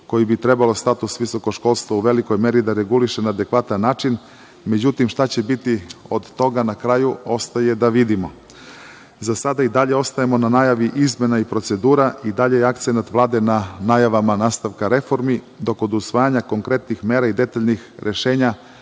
koji bi trebalo status visokoškolstva u velikoj meri da reguliše na adekvatan način. Međutim, šta će biti od toga na kraju ostaje da vidimo. Za sada i dalje ostajemo na najavi izmena i procedura i dalje je akcenat Vlade na najavama nastavka reformi, dok od usvajanja konkretnih mera i detaljnih rešenja